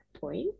point